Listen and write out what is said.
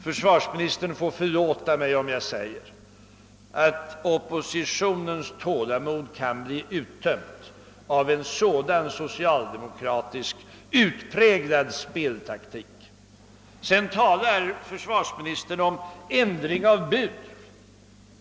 Försvarsministern får förlåta mig om jag säger att oppositionens tålamod kan bli uttömt av en sådan utpräglad speltaktik från socialdemokraternas sida. Sedan talar försvarsministern om ändring av bud.